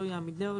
לא יעמידהו,